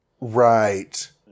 right